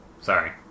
sorry